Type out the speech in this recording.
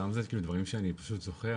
סתם זה דברים שאני פשוט זוכר,